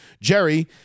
Jerry